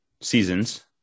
seasons